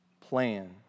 plan